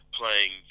playing